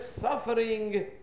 suffering